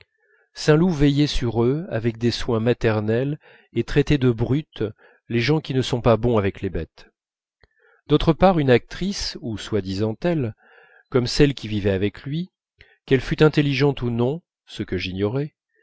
saint loup veillait sur eux avec des soins maternels et traitait de brutes les gens qui ne sont pas bons avec les bêtes d'autre part une actrice ou soi-disant telle comme celle qui vivait avec lui qu'elle fût intelligente ou non ce que j'ignorais